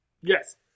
Yes